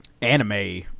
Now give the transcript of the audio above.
anime